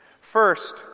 First